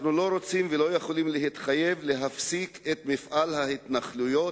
אנחנו לא רוצים ולא יכולים להתחייב להפסיק את מפעל ההתנחלויות